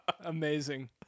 Amazing